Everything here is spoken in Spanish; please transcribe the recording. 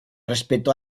respeto